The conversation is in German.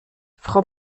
frau